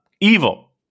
Evil